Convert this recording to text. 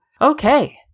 Okay